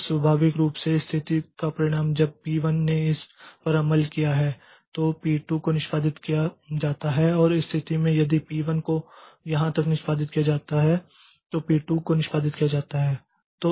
फिर स्वाभाविक रूप से इस स्थिति का परिणाम जब पी1 ने इस पर अमल किया है तो पी 2 को निष्पादित किया जाता है और इस स्थिति में यदि पी 1 को यहाँ तक निष्पादित किया जाता है तो पी 2 को निष्पादित किया जाता है